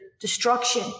destruction